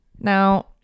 now